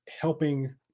helping